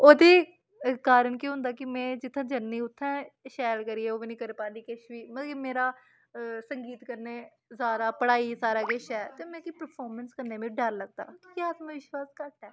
ओह्दे कारण केह् होंदा कि में जित्थे जन्नी उत्थें शैल करियै ओह् बी नेईं करी पांदी किश बी मतलब कि मेरा संगीत कन्नै ज्यादा पढ़ाई सारा किश ऐ ते मिगी परफॉर्मेंस करने मिगी डर लगदा कि कि आत्मविश्वास घट्ट ऐ